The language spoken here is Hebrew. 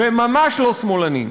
והם ממש לא שמאלנים.